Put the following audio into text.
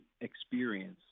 experience